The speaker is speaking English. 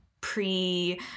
pre